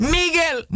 Miguel